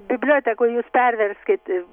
bibliotekoj jūs perverskit